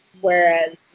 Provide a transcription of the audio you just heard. Whereas